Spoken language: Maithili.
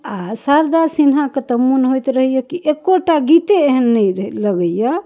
आओर शारदा सिन्हाके तऽ मोन होइत रहैए कि एकोटा गीते एहन नहि लगैए